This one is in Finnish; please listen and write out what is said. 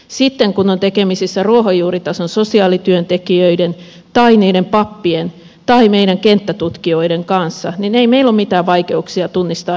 sitten kun on tekemisissä ruohonjuuritason sosiaalityöntekijöiden tai niiden pappien tai meidän kenttätutkijoiden kanssa niin ei meillä ole mitään vaikeuksia tunnistaa ihmiskauppaa